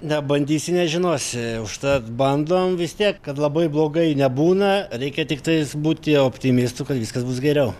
nebandysi nežinosi užtat bandom vis tiek kad labai blogai nebūna reikia tiktais būti optimistu kad viskas bus geriau